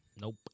Nope